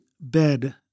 bed